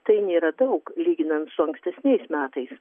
tai nėra daug lyginant su ankstesniais metais